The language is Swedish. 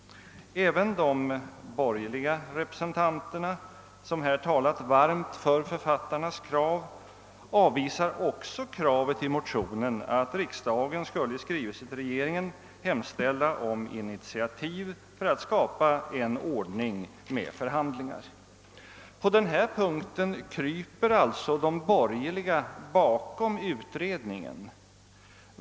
Även de borgerliga representanterna, som här varmt har talat för författarnas krav, avvisar kravet i motionerna att riksdagen i skrivelse till regeringen skulle hemställa om initiativ för att skapa en ordning med förhandlingar. På denna punkt kryper alltså de borgerliga bakom utredningen.